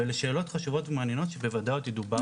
ואלה שעלות חשובות ומעניינות שבוודאי עוד ידובר בהן.